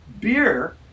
beer